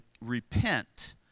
repent